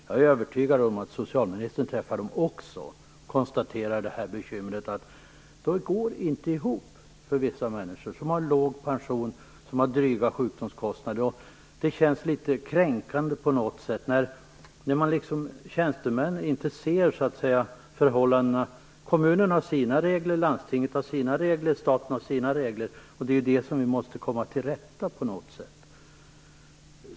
Jag är övertygad om att socialministern också träffar dem och kan konstatera bekymret: Det går inte ihop för vissa människor som har låg pension och dryga sjukdomskostnader. Det känns på något sätt litet kränkande när tjänstemän inte ser förhållandena. Kommunen har sina regler, landstinget har sina regler och staten sina, och det är det vi på något sätt måste komma till rätta med.